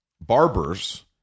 barbers